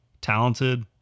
Talented